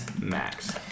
Max